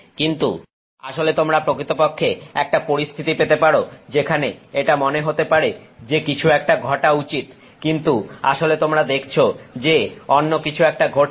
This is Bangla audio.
কিন্তু আসলে তোমরা প্রকৃতপক্ষে একটা পরিস্থিতি পেতে পারো যেখানে এটা মনে হতে পারে যে কিছু একটা ঘটা উচিত কিন্তু আসলে তোমরা দেখছো যে অন্য কিছু একটা ঘটছে